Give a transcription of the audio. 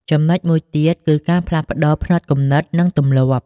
ចំណុចមួយទៀតគឺ ការផ្លាស់ប្តូរផ្នត់គំនិត និងទម្លាប់។